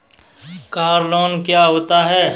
Car loan क्या होता है?